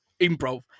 improv